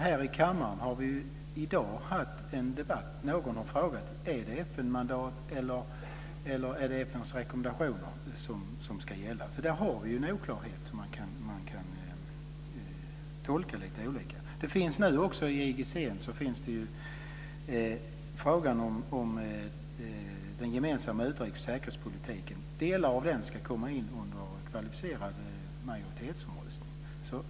Här i kammaren har vi i dag haft en debatt om, och någon har frågat: Är det FN-mandat eller är det FN:s rekommendationer som ska gälla? Där har vi en oklarhet, och man kan tolka det lite olika. I IGC ingår frågan om den gemensamma utrikesoch säkerhetspolitiken. Delar av den ska komma in under omröstning med kvalificerad majoritet.